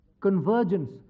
convergence